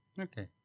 okay